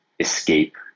escape